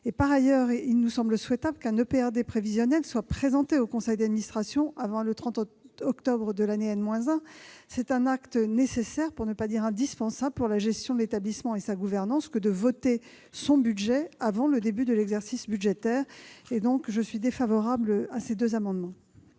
Par ailleurs, il nous semble souhaitable qu'un EPRD prévisionnel soit présenté au conseil d'administration avant le 31 octobre de l'année n-1. C'est un acte nécessaire, pour ne pas dire indispensable, pour la gestion de l'établissement et sa gouvernance que de voter le budget avant le début de l'exercice budgétaire. Par conséquent, le Gouvernement